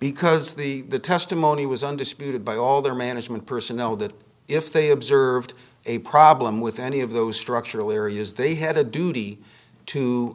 because the testimony was understood by all their management personnel that if they observed a problem with any of those structural areas they had a duty to